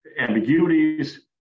ambiguities